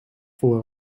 voor